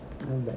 ya